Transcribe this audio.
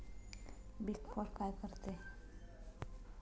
Big four काय करते?